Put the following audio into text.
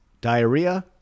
Diarrhea